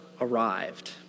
arrived